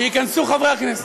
שייכנסו חברי הכנסת.